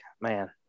man